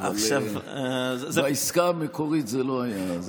אבל בעסקה המקורית זה לא היה.